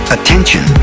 Attention